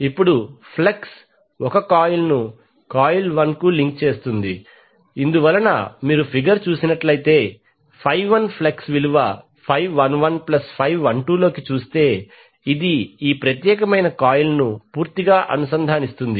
ఇప్పుడు flux 1 coil 1 ను link చేస్తుంది ఇందువలన మీరు ఫిగర్ చూసినట్లయితే 1 ఫ్లక్స్ విలువ 1112 లోకి చూస్తే ఇది ఈ ప్రత్యేకమైన కాయిల్ను పూర్తిగా అనుసంధానిస్తుంది